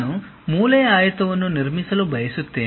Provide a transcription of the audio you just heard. ನಾನು ಮೂಲೆಯ ಆಯತವನ್ನು ನಿರ್ಮಿಸಲು ಬಯಸುತ್ತೇನೆ